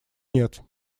нет